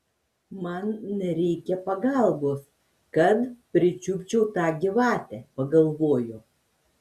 man nereikia pagalbos kad pričiupčiau tą gyvatę pagalvojo